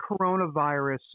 coronavirus